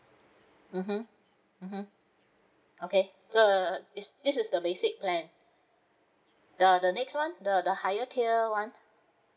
mmhmm mmhmm okay the this this is the basic plan the the next one the the higher tier one